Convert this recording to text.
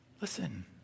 Listen